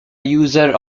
user